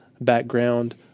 background